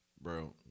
Bro